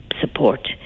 support